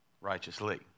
righteously